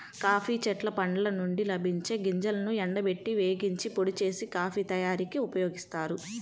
coffee చెట్ల పండ్ల నుండి లభించే గింజలను ఎండబెట్టి, వేగించి, పొడి చేసి, కాఫీ తయారీకి ఉపయోగిస్తారు